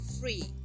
free